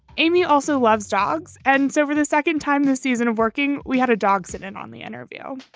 amy also loves dogs. and so for the second time this season of working, we had a dog sit in on the interview